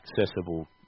accessible